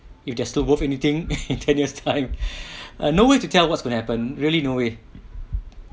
if they're still worth anything in ten years time uh no way to tell what's going to happen really no way